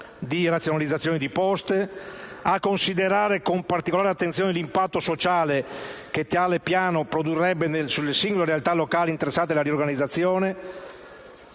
di razionalizzazione di Poste, a considerare con particolare attenzione l'impatto sociale che tale piano produrrebbe sulle singole realtà locali interessate dalla riorganizzazione,